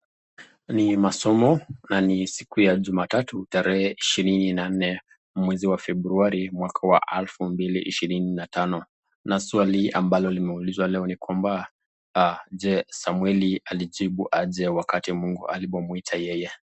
Ni masomo na ni siku ya juma tatu tarehe ishirini na nne mwezi wa february mwaka wa elfu mbili ishirini na tano na swali ambalo limeulizwa ni kwamba je Samueli alijibu aje Mungu alipomwita yeye?.